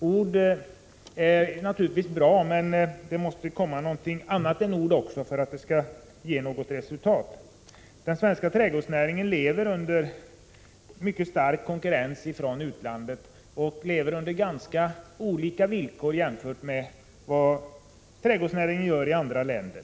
Ord är naturligtvis bra, men det måste komma något annat än ord också för att det skall ge något resultat. Den svenska trädgårdsnäringen lever under mycket stark konkurrens från utlandet och har ganska olikartade villkor i förhållande till trädgårdsnäringen i andra länder.